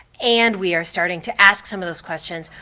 and we are starting to ask some of those questions,